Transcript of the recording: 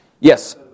Yes